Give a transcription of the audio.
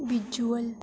visual